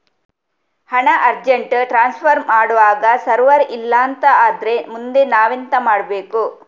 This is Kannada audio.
ಹಣ ಅರ್ಜೆಂಟ್ ಟ್ರಾನ್ಸ್ಫರ್ ಮಾಡ್ವಾಗ ಸರ್ವರ್ ಇಲ್ಲಾಂತ ಆದ್ರೆ ಮುಂದೆ ನಾವೆಂತ ಮಾಡ್ಬೇಕು?